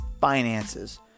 finances